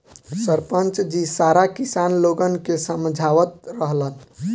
सरपंच जी सारा किसान लोगन के समझावत रहलन